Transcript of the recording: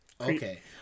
okay